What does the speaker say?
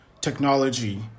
technology